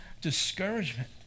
discouragement